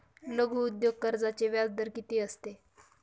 लघु उद्योग कर्जाचे व्याजदर किती असते?